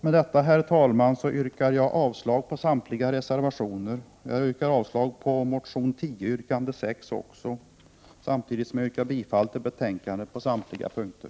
Med detta, herr talman, yrkar jag avslag på samtliga reservationer liksom på motion T10 yrkande 6 och, som sagt, bifall till utskottets hemställan på samtliga punkter.